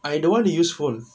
I don't want to use phone